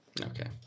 Okay